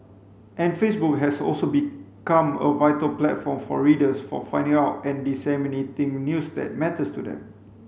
and Facebook has also become a vital platform for readers for finding out and disseminating news that matters to them